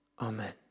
Amen